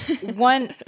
One